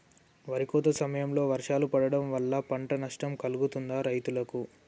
వరి కోత సమయంలో వర్షాలు పడటం వల్ల పంట నష్టం కలుగుతదా రైతులకు?